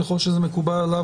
ככל שזה מקובל עליו,